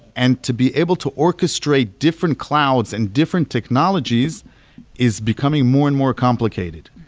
and to be able to orchestrate different clouds and different technologies is becoming more and more complicated